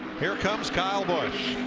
here comes kyle busch.